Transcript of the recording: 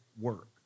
work